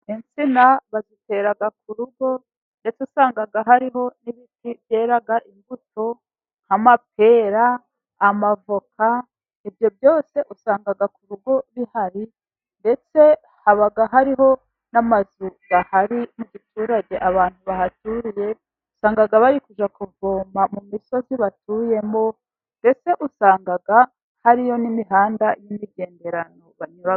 Insina bazitera ku rugo, ndetse usanga hariho n'ibiti byera imbuto nk'amapera, avoka, ibyo byose usanga ku rugo bihari, ndetse haba hariho n'amazu ahari yo mu giturage, abantu bahaturiye usanga bari kujya kuvoma mu misozi batuyemo, mbese usanga hariyo n'imihanda y'imigenderano.